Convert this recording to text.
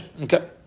Okay